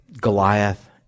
Goliath